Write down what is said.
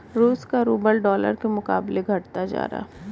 रूस का rouble dollar के मुकाबले घटता जा रहा है